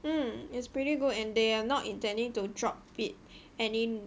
um is pretty good and they are not intending to drop it any